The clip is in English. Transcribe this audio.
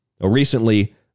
Recently